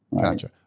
Gotcha